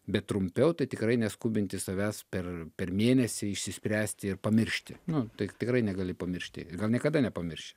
bet trumpiau tai tikrai neskubinti savęs per per mėnesį išsispręsti ir pamiršti nu tai tikrai negali pamiršti ir gal niekada nepamirši